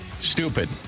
Stupid